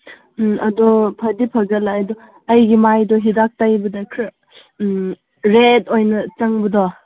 ꯎꯝ ꯑꯗꯣ ꯐꯗꯤ ꯐꯒꯠꯂꯦ ꯑꯗꯣ ꯑꯩꯒꯤ ꯃꯥꯏꯗꯣ ꯍꯤꯗꯥꯛ ꯇꯩꯕꯗ ꯈꯔ ꯔꯦꯠ ꯑꯣꯏꯅ ꯆꯪꯕꯗꯣ